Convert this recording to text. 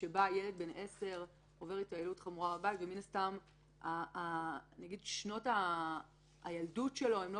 ילד בן 10 עובר התעללות חמורה בבית ומן הסתם שנות הילדות שלו הן לא